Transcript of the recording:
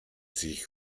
sich